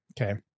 Okay